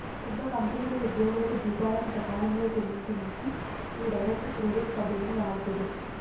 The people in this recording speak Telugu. పెద్ద కంపెనీలు ఉద్యోగులకు జీతాలను సకాలంలో చెల్లించనీకి ఈ డైరెక్ట్ క్రెడిట్ పద్ధతిని వాడుతుర్రు